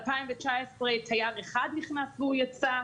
2019 תייר אחד נכנס ויצא.